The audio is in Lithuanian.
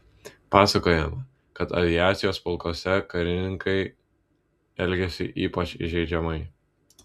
pasakojama kad aviacijos pulkuose karininkai elgėsi ypač įžeidžiamai